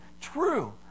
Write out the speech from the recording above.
True